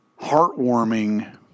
heartwarming